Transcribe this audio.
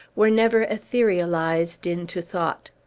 were never etherealized into thought.